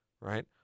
right